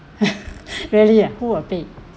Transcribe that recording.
really ah who will pay